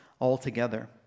altogether